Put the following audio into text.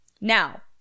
now